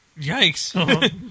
Yikes